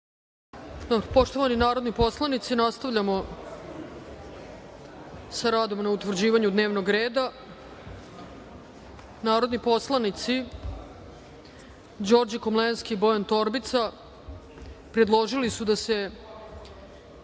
Poštovani narodni poslanici, nastavljamo sa radom na utvrđivanju dnevnog reda. Narodni poslanici Đorđe Komlenski i Bojan Torbica predložili su da se